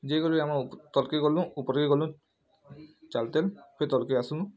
ଯିଏ ଗଲୁ ଆମେ ତରକି ଗଲୁ ଉପରେ ଗଲୁ ଚାଲ୍ତେ ଫିର୍ ତଲକେ ଆସିଲୁ